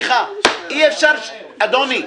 אדוני,